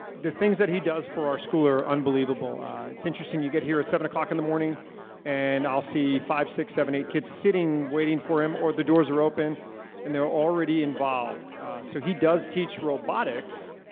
the things that he does for our school are unbelievable it's interesting you get here at seven o'clock in the morning and i'll see five six seven eight kids sitting waiting for him or the doors are open and they're already involved so he does teach robotics,